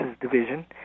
division